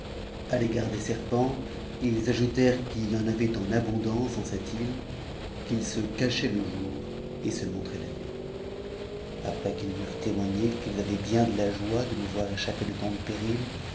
à l'égard des serpents b ajoutèrent qu'il y en avait en abondance dans cette me qu'ils se mchaient le jour et se montraient la nuit après qu'ils m'eurent témoigné qu'ils avaient bien de la joie de me voir échappé de tant de périls